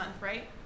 right